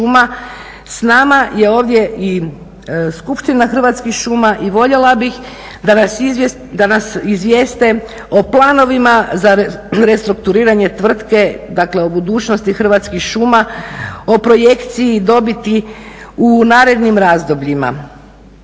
s nama je ovdje i Skupština Hrvatskih šuma i voljela bih da nas izvijeste o planovima za restrukturiranje tvrtke, dakle o budućnosti Hrvatskim šuma, o projekciji i dobiti u narednim razdobljima.